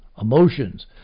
emotions